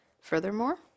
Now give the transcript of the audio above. Furthermore